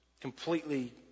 completely